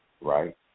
right